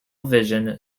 vision